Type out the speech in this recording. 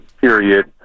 period